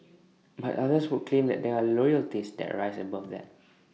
but others would claim that there are loyalties that rise above that